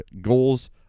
goals